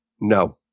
No